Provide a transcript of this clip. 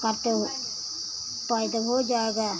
कर तो पैदा हो जाएगा